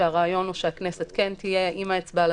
כשהרעיון הוא שהכנסת כן תהיה עם האצבע על